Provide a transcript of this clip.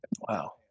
Wow